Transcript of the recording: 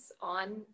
on